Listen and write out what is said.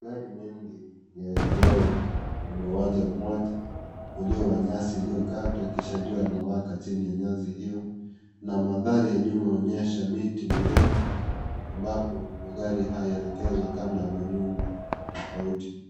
Magari mengi yameegezwa kwenye uwanja mmoja ulio wa nyasi iliyokatwa kisha jua linawaka chini ya nyasi hiyo na mandhari ya nyuma yaonyesha miti mirefu ambapo magari haya yaelekezwa kando ya manyumba tofauti.